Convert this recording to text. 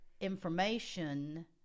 information